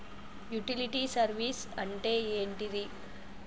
Utility service అంటే ఏంటిది?